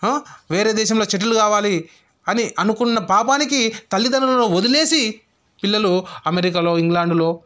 వేరే దేశంలో సెటిల్ కావాలి అని అనుకున్న పాపానికి తల్లిదండ్రులను వదిలేసి పిల్లలు అమెరికాలో ఇంగ్లాండులో